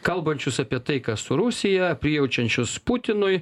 kalbančius apie taiką su rusija prijaučiančius putinui